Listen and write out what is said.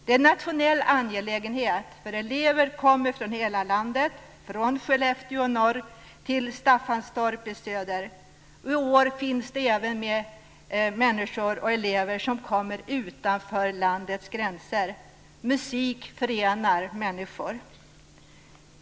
Det är en nationell angelägenhet, eftersom elever kommer från hela landet, från Skellefteå i norr till Staffanstorp i söder. Och i år kommer det även elever och andra från ställen utanför landets gränser. Musik förenar människor.